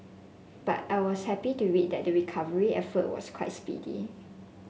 but I was happy to read that the recovery effort was quite speedy